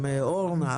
אורנה,